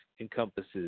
encompasses